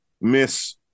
miss